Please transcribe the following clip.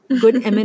good